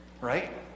right